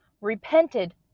repented